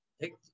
take